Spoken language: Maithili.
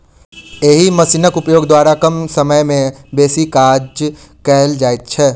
एहि मशीनक उपयोग द्वारा कम समय मे बेसी काज कयल जाइत छै